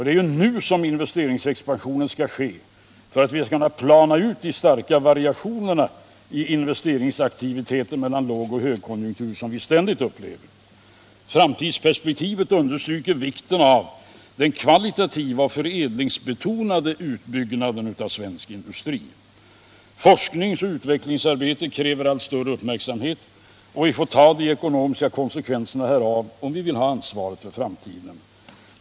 Det är nu som investeringsexpansionen skall ske för att vi skall kunna utjämna de starka variationer i investeringsaktivitet mellan lågoch högkonjunktur som vi ständigt upplever. Framtidsperspektivet understryker vikten av den kvalitativa och förädlingsbetonade utbyggnaden av svensk industri. Forskningsoch utvecklingsarbetet kräver allt större uppmärksamhet, och vi får ta de ekonomiska konsekvenserna härav, om vi vill ha ansvaret för framtiden.